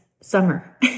summer